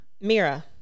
Mira